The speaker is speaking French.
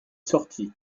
sortit